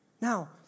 Now